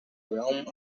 realm